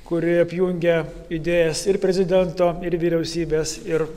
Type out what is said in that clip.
kuri apjungia idėjas ir prezidento ir vyriausybės ir